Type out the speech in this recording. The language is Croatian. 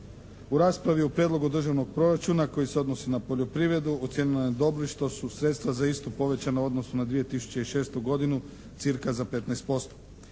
U raspravi je u prijedlogu državnog proračuna koji se odnosi na poljoprivredu ocijenjeno dobrim što su sredstva za istu povećana u odnosu na 2006. godinu cca. za 15%.